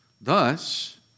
Thus